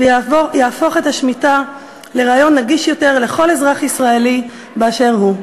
ויהפוך את השמיטה לרעיון נגיש יותר לכל אזרח ישראלי באשר הוא.